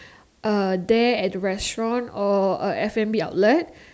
uh there at the restaurant or F&B outlet